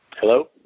Hello